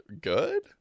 good